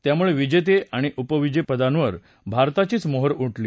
त्यामुळे विजेते आणि उपविजेतेपदांवर भारताचीच मोहोर उठली